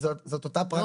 זאת אותה פרקטיקה.